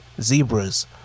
zebras